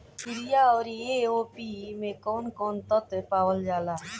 Urea औरी AOP मै कौवन कौवन तत्व पावल जाला?